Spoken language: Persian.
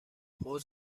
حوض